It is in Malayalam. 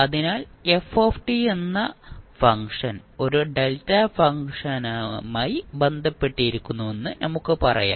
അതിനാൽ f എന്ന ഫംഗ്ഷൻ ഒരു ഡെൽറ്റ ഫംഗ്ഷനുമായി ബന്ധപ്പെട്ടിരിക്കുന്നുവെന്ന് നമുക്ക് പറയാം